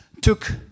took